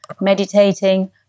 meditating